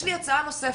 יש לי הצעה נוספת,